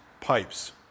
pipes